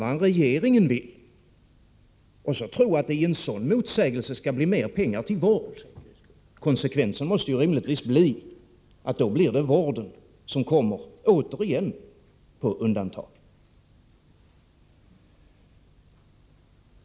Och hur kan man tro att det i en sådan motsägelse kan bli mer pengar till vård? Konsekvensen blir givetvis att vården återigen kommer på undantag.